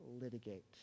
litigate